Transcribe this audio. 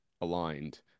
aligned